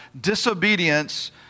disobedience